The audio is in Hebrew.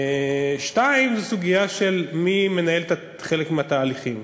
2. הסוגיה של מי מנהל חלק מהתהליכים,